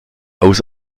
aus